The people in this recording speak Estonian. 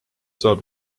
saab